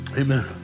amen